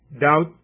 Doubt